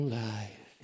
life